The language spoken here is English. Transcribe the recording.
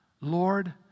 Lord